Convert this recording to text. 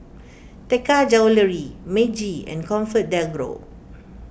Taka Jewelry Meiji and ComfortDelGro